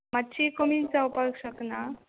मातशी कमी जावपाक शकना